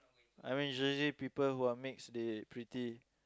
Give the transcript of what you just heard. I mean usually people who are mix they pretty